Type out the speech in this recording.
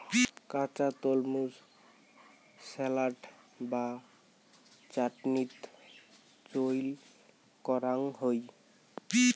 কাঁচা তলমু স্যালাড বা চাটনিত চইল করাং হই